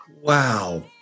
Wow